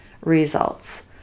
results